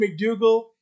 McDougall